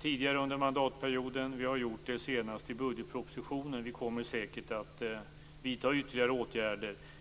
tidigare under mandatperioden, nu senast i budgetpropositionen och vi kommer säkert att vidta ytterligare åtgärder.